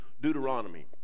deuteronomy